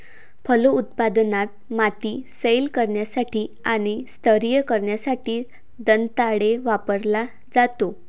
फलोत्पादनात, माती सैल करण्यासाठी आणि स्तरीय करण्यासाठी दंताळे वापरला जातो